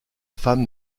femme